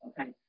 Okay